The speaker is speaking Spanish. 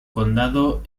condado